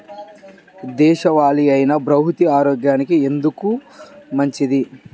దేశవాలి అయినా బహ్రూతి ఆరోగ్యానికి ఎందుకు మంచిది?